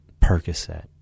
Percocet